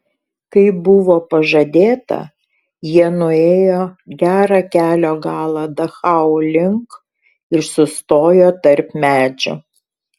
kaip buvo pažadėta jie nuėjo gerą kelio galą dachau link ir sustojo tarp medžių